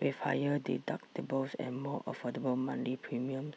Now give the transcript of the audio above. with higher deductibles and more affordable monthly premiums